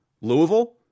Louisville